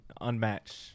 unmatched